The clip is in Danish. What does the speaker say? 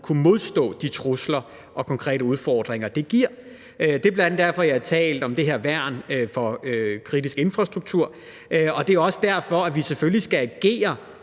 kunne modstå de trusler og konkrete udfordringer, det giver. Det er bl.a. derfor, jeg har talt om det her værn for kritisk infrastruktur, og det er også derfor, at vi selvfølgelig skal agere